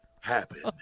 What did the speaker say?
happen